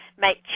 make